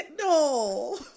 No